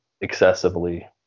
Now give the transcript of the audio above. excessively